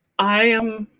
i am